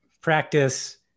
practice